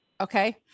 okay